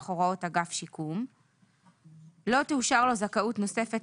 הוראות אגף שיקום נכים לא תאושר לו זכאות נוספת